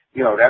you know,